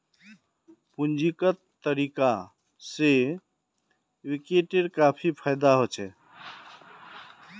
पूंजीगत तरीका से इक्विटीर काफी फायेदा होछे